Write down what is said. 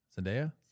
Zendaya